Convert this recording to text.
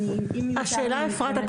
אם יותר לי --- אפרת,